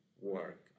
work